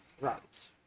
Right